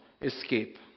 escape